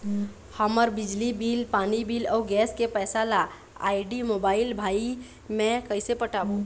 हमर बिजली बिल, पानी बिल, अऊ गैस के पैसा ला आईडी, मोबाइल, भाई मे कइसे पटाबो?